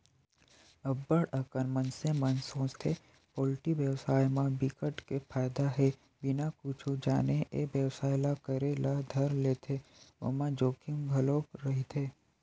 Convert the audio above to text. अब्ब्ड़ अकन मनसे मन सोचथे पोल्टी बेवसाय म बिकट के फायदा हे बिना कुछु जाने ए बेवसाय ल करे ल धर लेथे ओमा जोखिम घलोक रहिथे